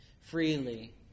freely